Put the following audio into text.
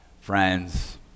Friends